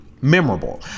memorable